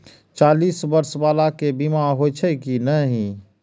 चालीस बर्ष बाला के बीमा होई छै कि नहिं?